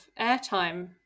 airtime